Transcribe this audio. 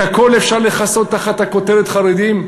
את הכול אפשר לכסות תחת הכותרת: חרדים?